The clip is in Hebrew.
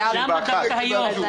למה דווקא היום?